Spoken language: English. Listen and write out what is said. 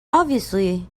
obviously